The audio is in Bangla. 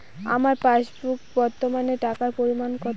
আমার পাসবুকে বর্তমান টাকার পরিমাণ কত?